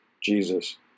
Jesus